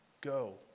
Go